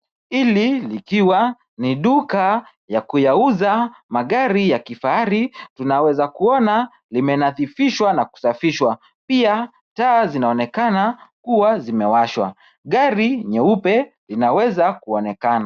Hili likiwa ni duka ya kuyauza magari ya kifahari, tunaeza kuona limenadhifishwa na kusafishwa. Pia taa zinaonekana kuwa zimewashwa. Gari nyeupe inaweza kuonekana.